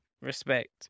respect